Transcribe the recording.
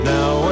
Now